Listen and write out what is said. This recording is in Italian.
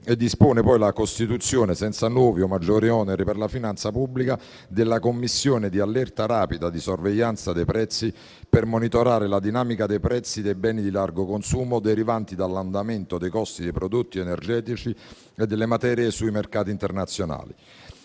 e dispone poi la costituzione, senza nuovi o maggiori oneri per la finanza pubblica, della Commissione di allerta rapida per la sorveglianza dei prezzi per monitorare la dinamica dei prezzi dei beni di largo consumo derivanti dall'andamento dei costi dei prodotti energetici e delle materie sui mercati internazionali.